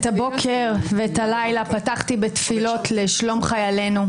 את הבוקר ואת הלילה פתחתי בתפילות לשלום חיילינו,